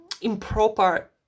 improper